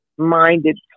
Minded